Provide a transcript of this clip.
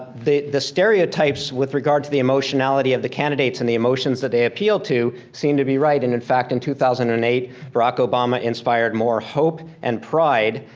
the the stereotypes with regard to the emotionality of the candidates and the emotions that they appeal to seem to be right. and in fact, in two thousand and eight, barack obama inspired more hope and pride,